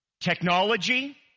technology